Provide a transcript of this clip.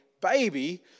baby